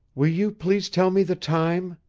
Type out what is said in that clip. will you please tell me the time?